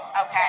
Okay